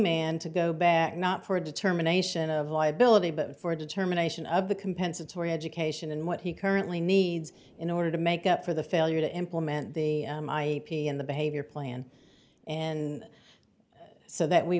remained to go back not for a determination of liability but for a determination of the compensatory education and what he currently needs in order to make up for the failure to implement the my in the behavior plan and so that we